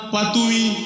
Patui